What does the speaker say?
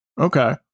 Okay